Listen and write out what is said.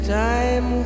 time